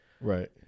Right